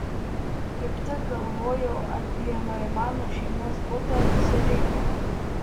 kaip tik galvojau apie noimano šeimos butą ciuriche